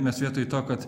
mes vietoj to kad